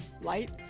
light